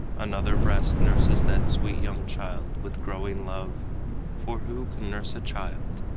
another breast nurses that sweet young child with growing love for who can nurse a child,